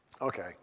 Okay